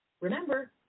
Remember